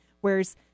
whereas